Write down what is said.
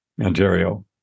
Ontario